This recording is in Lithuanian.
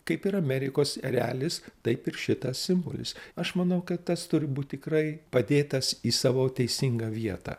kaip ir amerikos erelis taip ir šitas simbolis aš manau kad tas turi būt tikrai padėtas į savo teisingą vietą